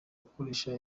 gukoresha